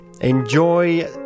Enjoy